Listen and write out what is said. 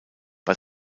bei